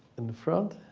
in the front.